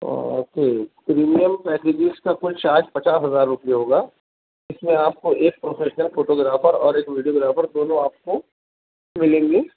okay premium packages کا تو charge پچاس ہزار روپیہ ہوگا اِس میں آپ کو ایک پروفیشنل فوٹو گرافر اور ایک ویڈیو گرافر دونوں آپ کو مِلیں گے